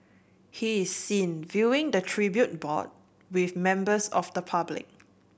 he is seen viewing the tribute board with members of the public